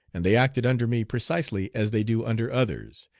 and they acted under me precisely as they do under others,